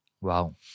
Wow